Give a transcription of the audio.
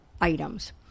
items